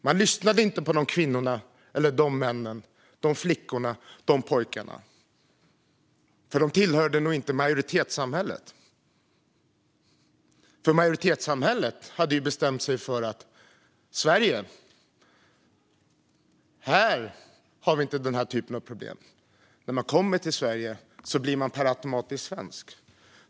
Man lyssnade inte på de kvinnorna, männen, flickorna och pojkarna, för de tillhörde nog inte majoritetssamhället. Majoritetssamhället hade ju bestämt sig för att vi inte har den här typen av problem i Sverige. När man kommer till Sverige blir man per automatik svensk.